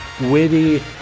Witty